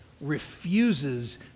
refuses